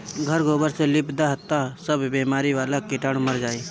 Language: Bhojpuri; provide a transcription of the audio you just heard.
घर गोबर से लिप दअ तअ सब बेमारी वाला कीटाणु मर जाइ